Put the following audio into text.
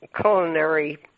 culinary